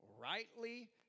rightly